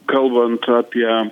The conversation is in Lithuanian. kalbant apie